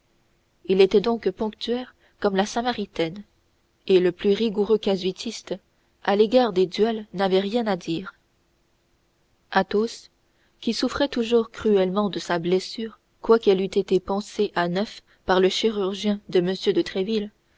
il était donc ponctuel comme la samaritaine et le plus rigoureux casuiste à l'égard des duels n'avait rien a dire athos qui souffrait toujours cruellement de sa blessure quoiqu'elle eût été pansée à neuf par le chirurgien de